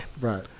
right